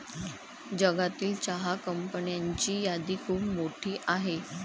जगातील चहा कंपन्यांची यादी खूप मोठी आहे